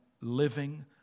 living